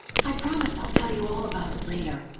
i promise i'll tell you all about it later,